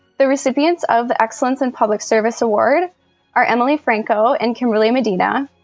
the recipients of the excellence in public serviceaward are emily franco and kimberly medina.